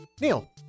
neil